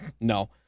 No